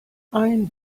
ein